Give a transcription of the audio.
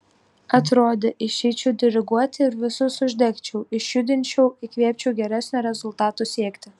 atrodė išeičiau diriguoti ir visus uždegčiau išjudinčiau įkvėpčiau geresnio rezultato siekti